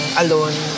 alone